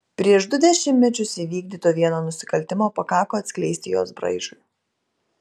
prieš du dešimtmečius įvykdyto vieno nusikaltimo pakako atskleisti jos braižui